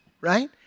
right